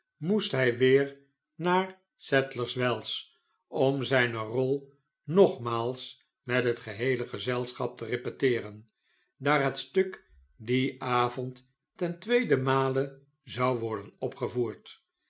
moest hij weer naar sadlers wells om zn'ne rol nogmaals met het geheele gezelschap te repeteeren daar het stuk dien avond ten tweeden male zou worden opgevoerd